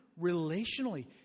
relationally